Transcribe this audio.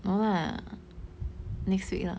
no lah next week lah